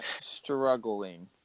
struggling